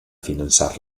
finançar